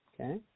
okay